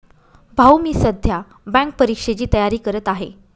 भाऊ मी सध्या बँक परीक्षेची तयारी करत आहे